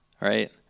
right